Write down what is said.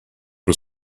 was